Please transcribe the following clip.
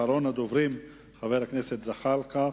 אחרון הדוברים, חבר הכנסת ג'מאל זחאלקה,